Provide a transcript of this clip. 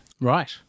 right